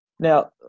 Now